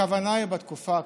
הכוונה היא בתקופה הקרובה.